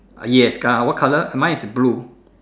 uh yes uh what color mine is blue